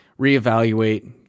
reevaluate